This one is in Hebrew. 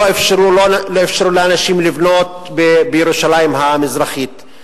לא אפשרו לאנשים לבנות בירושלים המזרחית.